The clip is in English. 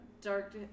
Dark